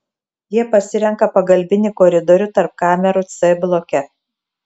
jie pasirenka pagalbinį koridorių tarp kamerų c bloke